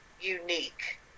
unique